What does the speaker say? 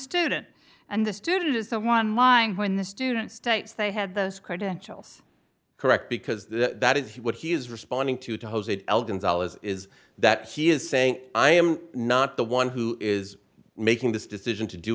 student and the student is the one lying when the student states they have those credentials correct because that is what he is responding to to hose it is that he is saying i am not the one who is making this decision to do